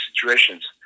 situations